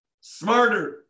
smarter